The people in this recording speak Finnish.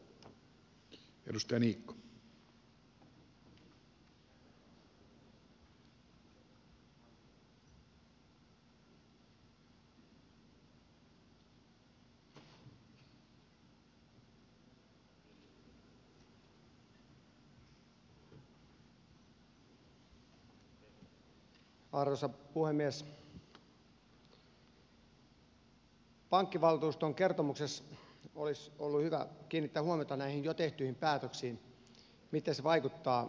pankkivaltuuston kertomuksessa olisi ollut hyvä kiinnittää huomiota näihin jo tehtyihin päätöksiin miten ne vaikuttavat suomalaisen veronmaksajan osuuteen